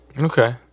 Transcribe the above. Okay